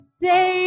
say